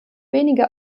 wenige